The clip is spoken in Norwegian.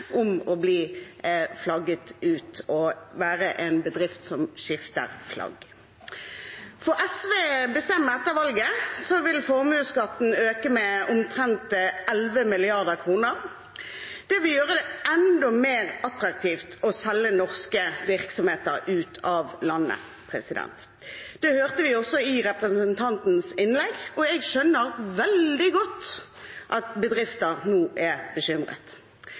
om å bli flagget ut og være en bedrift som skifter flagg. Får SV bestemme etter valget, vil formuesskatten øke med omtrent 11 mrd. kr. Det vil gjøre det enda mer attraktivt å selge norske virksomheter ut av landet. Det hørte vi også i representantens innlegg, og jeg skjønner veldig godt at bedrifter nå er bekymret.